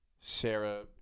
Sarah